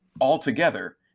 altogether